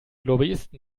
lobbyisten